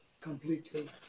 completely